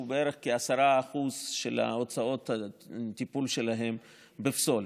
שהוא בערך 10% של הוצאות הטיפול שלהן בפסולת.